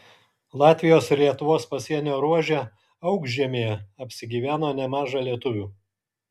latvijos ir lietuvos pasienio ruože aukšžemėje apsigyveno nemaža lietuvių